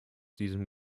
diesem